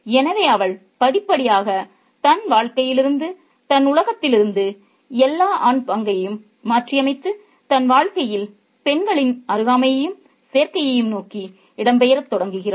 எனவே அவள் படிப்படியாக தன் வாழ்க்கையிலிருந்து தன் உலகத்திலிருந்து எல்லா ஆண் பங்கையும் மாற்றியமைத்து தன் வாழ்க்கையில் பெண்களின் அருகாமையும் சேர்க்கையும் நோக்கி இடம்பெயரத் தொடங்குகிறாள்